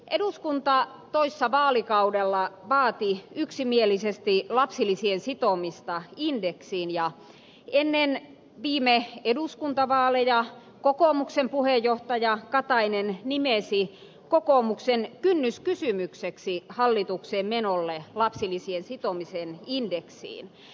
eduskunta toissa vaalikaudella vaati yksimielisesti lapsilisien sitomista indeksiin ja ennen viime eduskuntavaaleja kokoomuksen puheenjohtaja katainen nimesi kokoomuksen kynnyskysymykseksi hallitukseen menolle lapsilisien sitomisen indeksiin